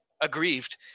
aggrieved